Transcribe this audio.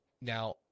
Now